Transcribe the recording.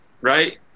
right